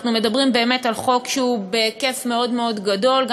אנחנו מדברים באמת על חוק שהוא בהיקף מאוד מאוד גדול,